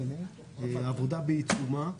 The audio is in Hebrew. העבודה בעיצומה.